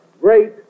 great